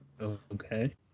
Okay